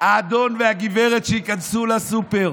האדון והגברת שייכנסו לסופר,